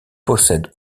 possède